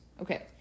okay